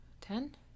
Ten